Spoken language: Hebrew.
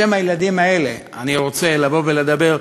בשם הילדים האלה אני רוצה לבוא ולדבר.